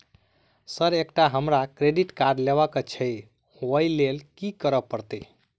Sir एकटा हमरा credit card लेबकै छैय ओई लैल की करऽ परतै?